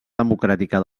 democràtica